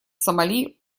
сомали